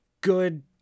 good